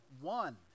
one